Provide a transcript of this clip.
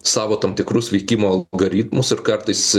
savo tam tikrus veikimo algoritmus ir kartais